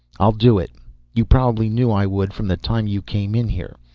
i'll do it you probably knew i would from the time you came in here.